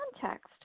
context